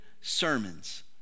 sermons